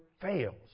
fails